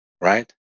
right